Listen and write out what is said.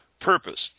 purpose